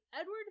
Edward